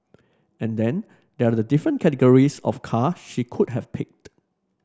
and then there are the different categories of car she could have picked